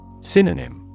Synonym